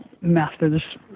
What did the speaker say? methods